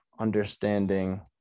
Understanding